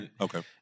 Okay